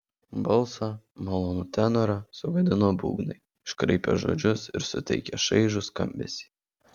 balsą malonų tenorą sugadino būgnai iškraipę žodžius ir suteikę šaižų skambesį